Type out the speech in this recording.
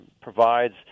provides